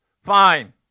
Fine